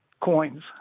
Coins